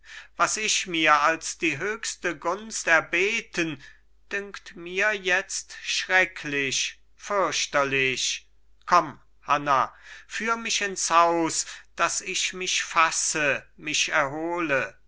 was ich mir als die höchste gunst erbeten dünkt mir jetzt schrecklich fürchterlich komm hanna führ mich ins haus daß ich mich fasse mich erhole